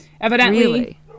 Evidently